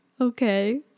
Okay